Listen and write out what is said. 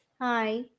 hi